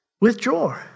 Withdraw